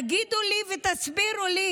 תגידו לי ותסבירו לי: